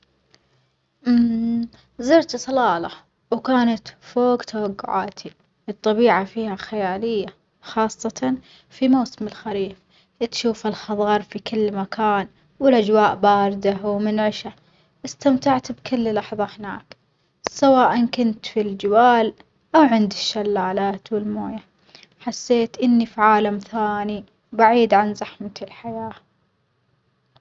زرت صلالة وكانت فوج توجعاتي، الطبيعة فيها خيالية خاصة في موسم الخريف، تشوف الخظار في كل مكان والأجواء باردة ومنعشة إستمتعت بكل لحظة هناك، سواءً كنت في الجبال أو عند الشلالات والموية، حسيت إني في عالم ثاني بعيد عن زحمة الحياة.